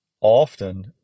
often